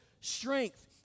strength